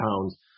pounds